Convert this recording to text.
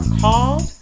called